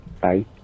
bye